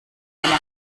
eine